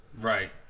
Right